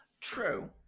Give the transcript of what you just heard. True